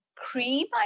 cream